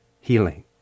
healing